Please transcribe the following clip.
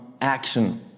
action